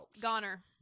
Goner